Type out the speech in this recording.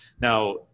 Now